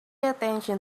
attention